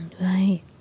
Right